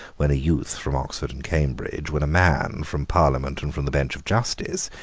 when a youth, from oxford and cambridge, when a man, from parliament and from the bench of justice,